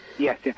Yes